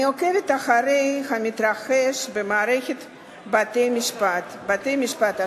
אני עוקבת אחרי המתרחש במערכת בתי-המשפט כולה: בבתי-משפט השלום,